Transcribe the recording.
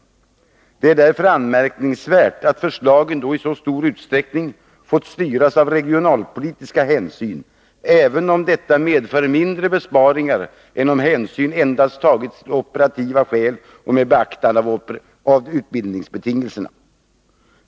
Det är därför anmärkningsvärt att förslagen då i så stor utsträckning fått styras av regionalpolitiska hänsyn, även om detta medför mindre besparingar än om hänsyn endast tagits till operativa skäl och med beaktande av utbildningsbetingelserna.